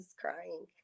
crying